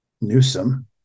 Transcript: Newsom